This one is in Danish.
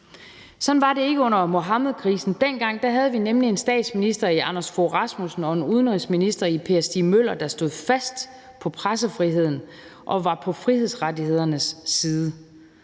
Sådan var det ikke under Muhammedkrisen, for dengang havde vi nemlig en statsminister i Anders Fogh Rasmussen og en udenrigsminister i Per Stig Møller, der stod fast på pressefriheden og var på frihedsrettighedernes side.